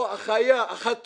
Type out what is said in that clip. פה החיה הכלב,